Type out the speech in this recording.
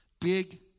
Big